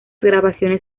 grabaciones